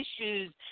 issues